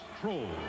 Troll